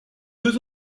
deux